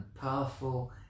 powerful